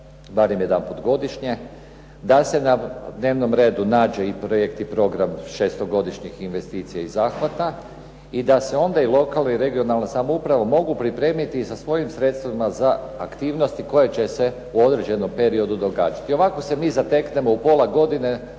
barem jedanput godišnje, da se na dnevnom redu nađe i projekt i program šestogodišnjih investicija i zahvata i da se onda lokalna i regionalna samouprava mogu pripremiti sa svojim sredstvima za aktivnosti koje će se u određenom periodu događati Ovako se mi zateknemo u pola godine,